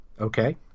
Okay